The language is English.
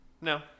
No